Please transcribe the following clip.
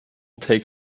take